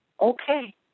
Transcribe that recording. okay